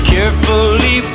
Carefully